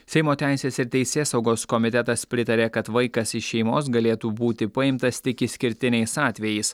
seimo teisės ir teisėsaugos komitetas pritarė kad vaikas iš šeimos galėtų būti paimtas tik išskirtiniais atvejais